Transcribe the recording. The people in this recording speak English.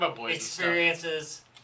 experiences